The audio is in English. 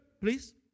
please